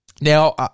Now